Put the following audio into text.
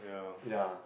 yeah